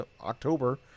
october